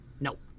Nope